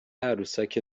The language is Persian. عروسک